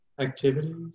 activities